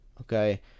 okay